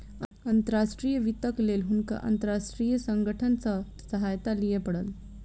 अंतर्राष्ट्रीय वित्तक लेल हुनका अंतर्राष्ट्रीय संगठन सॅ सहायता लिअ पड़ल